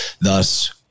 thus